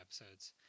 episodes